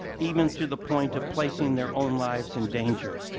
even to the point of placing their own lives in danger.